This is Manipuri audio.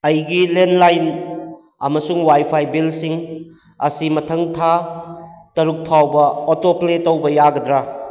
ꯑꯩꯒꯤ ꯂꯦꯟꯂꯥꯏꯟ ꯑꯃꯁꯨꯡ ꯋꯥꯏꯐꯥꯏ ꯕꯤꯜꯁꯤꯡ ꯑꯁꯤ ꯃꯊꯪ ꯊꯥ ꯇꯔꯨꯛ ꯐꯥꯎꯕ ꯑꯣꯇꯣ ꯄ꯭ꯂꯦ ꯇꯧꯕ ꯌꯥꯒꯗ꯭ꯔꯥ